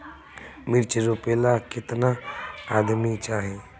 मिर्च रोपेला केतना आदमी चाही?